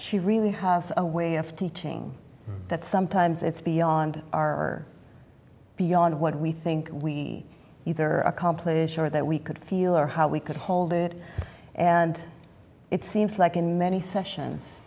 she really has a way of teaching that sometimes it's beyond our beyond what we think we either accomplish or that we could feel or how we could hold it and it seems like in many sessions